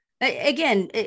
Again